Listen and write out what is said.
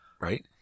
right